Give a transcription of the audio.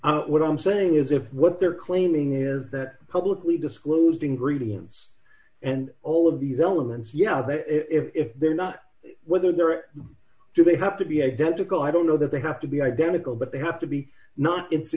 credence what i'm saying is if what they're claiming is that publicly disclosed ingredients and all of these elements you know if they're not whether they're true they have to be identical i don't know that they have to be identical but they have to be not i